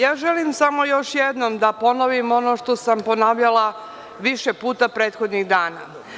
Ja želim samo još jednom da ponovim ono što sam ponavljala više puta prethodnih dana.